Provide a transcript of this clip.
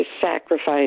sacrifice